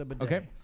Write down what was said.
Okay